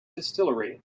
distillery